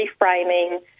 reframing